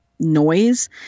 noise